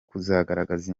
kuzagaragaza